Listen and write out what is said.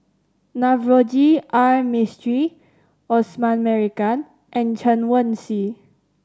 Navroji R Mistri Osman Merican and Chen Wen Hsi